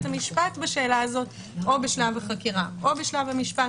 המשפט בשאלה הזאת או בשלב החקירה או בשלב המשפט,